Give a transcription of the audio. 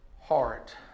heart